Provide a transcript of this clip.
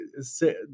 say